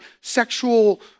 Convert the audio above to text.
sexual